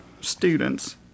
students